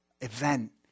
event